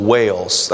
Wales